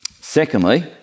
Secondly